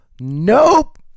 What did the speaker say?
nope